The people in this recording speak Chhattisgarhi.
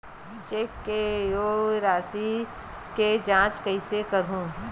चेक से होए राशि के जांच कइसे करहु?